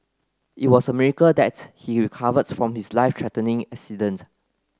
it was a miracle that he recovered from his life threatening accident